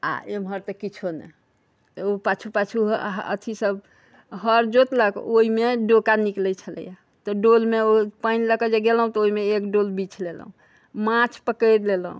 आओर एमहर तऽ किछो नहि एगो पाछू पाछू अथी सब हर जोतलक ओइमे डोका निकलै छलैय तऽ डोलमे ओ पानि लअके जे गेलहुँ तऽ ओइमे एक डोल बिछि लेलहुँ माछ पकड़ि लेलहुँ